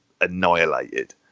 annihilated